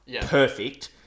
Perfect